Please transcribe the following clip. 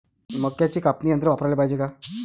मक्क्याचं कापनी यंत्र वापराले पायजे का?